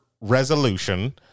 resolution